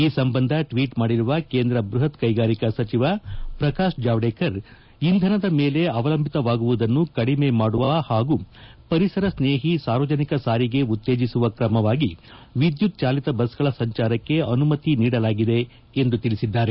ಈ ಸಂಬಂಧ ಟ್ವೀಟ್ ಮಾಡಿರುವ ಕೇಂದ್ರ ಬೃಹತ್ ಕೈಗಾರಿಕಾ ಸಚಿವ ಪ್ರಕಾಶ್ ಜಾವಡೇಕರ್ ಇಂಧನದ ಮೇಲೆ ಅವಲಂಬಿತವಾಗುವುದನ್ನು ಕಡಿಮೆ ಮಾಡುವ ಹಾಗೂ ಪರಿಸರ ಸ್ನೇಹಿ ಸಾರ್ವಜನಿಕ ಸಾರಿಗೆ ಉತ್ತೇಜಿಸುವ ಕ್ರಮವಾಗಿ ವಿದ್ಯುತ್ ಚಾಲಿತ ಬಸ್ಗಳ ಸಂಚಾರಕ್ಕೆ ಅನುಮತಿ ನೀಡಲಾಗಿದೆ ಎಂದು ತಿಳಿಸಿದ್ದಾರೆ